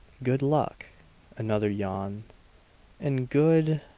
good luck another yawn and good